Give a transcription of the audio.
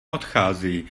odchází